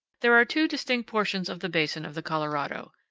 there are two distinct portions of the basin of the colorado,